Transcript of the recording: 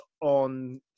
on